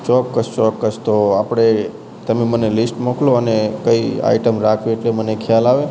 ચોક્કસ ચોક્કસ તો આપણે તમે મને લિસ્ટ મોકલો અને કઇ આઇટમ રાખવી એટલે મને ખ્યાલ આવે